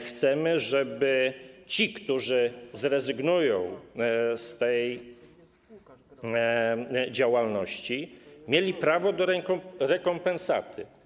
Chcemy, żeby ci, którzy zrezygnują z tej działalności, mieli prawo do rekompensaty.